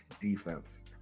defense